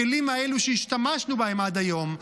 הכלים האלו שהשתמשנו בהם עד היום,